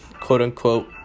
quote-unquote